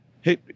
hey